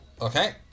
Okay